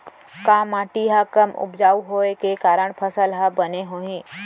का माटी हा कम उपजाऊ होये के कारण फसल हा बने होही?